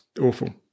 awful